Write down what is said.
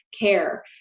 care